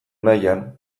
nahian